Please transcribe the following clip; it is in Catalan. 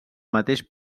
mateix